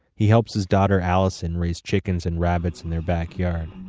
he helps his daughter allison raise chickens and rabbits in their backyard,